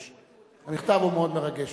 המכתב הוא מאוד מרגש.